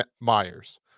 Myers